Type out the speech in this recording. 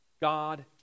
God